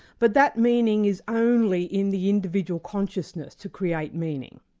but that meaning is only in the individual consciousness to create meaning.